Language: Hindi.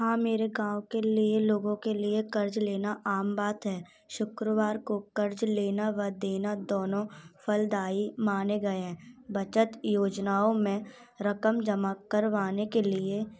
हाँ मेरे गाँव के लिए लोगों के लिए कर्ज लेना आम बात है शुक्रवार को कर्ज लेना व देना दोनों फलदायी माना गया बचत योजनाओं में रकम जमा करवाने के लिए